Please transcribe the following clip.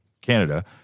Canada